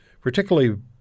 particularly